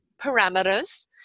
parameters